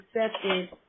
accepted